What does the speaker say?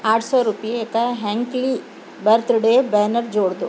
آٹھ سو روپیے کا ہینکلی برتھ ڈے بینر جوڑ دو